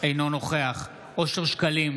אינו נוכח אושר שקלים,